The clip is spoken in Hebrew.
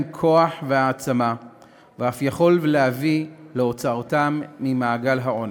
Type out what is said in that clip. כוח והעצמה ואף יכול להביא להוצאתם ממעגל העוני.